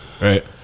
right